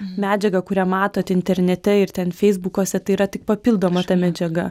medžiaga kurią matot internete ir ten feisbukuose tai yra tik papildoma medžiaga